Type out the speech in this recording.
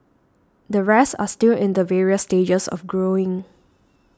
the rest are still in the various stages of growing